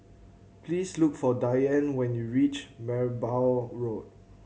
please look for Diane when you reach Merbau Road